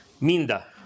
Minda